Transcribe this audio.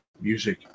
music